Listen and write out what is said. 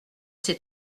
c’est